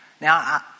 Now